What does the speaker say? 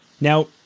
Now